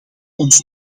ons